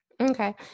Okay